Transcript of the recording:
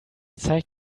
zeigt